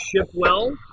Shipwell